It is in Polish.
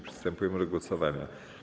Przystępujemy do głosowania.